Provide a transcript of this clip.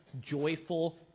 joyful